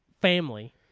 family